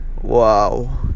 Wow